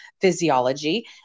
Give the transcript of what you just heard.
physiology